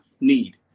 need